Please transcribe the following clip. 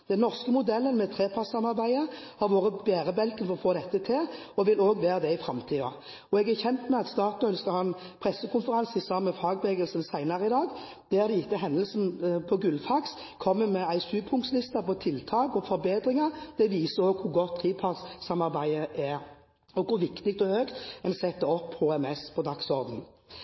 Den norske modellen med trepartsamarbeidet har vært bærebjelken for å få til dette og vil være det i framtiden også. Jeg er kjent med at Statoil skal ha en pressekonferanse sammen med fagbevegelsen senere i dag, der de etter hendelsen på Gullfaks kommer med en sjupunktsliste for tiltak og forbedringer. Det viser også hvor godt trepartssamarbeidet er, og hvor viktig dette er og hvor høyt en setter HMS på